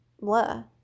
blah